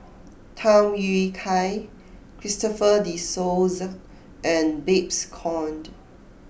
Tham Yui Kai Christopher De Souza and Babes Conde